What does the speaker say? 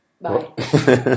Bye